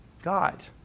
God